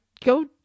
go